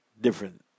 different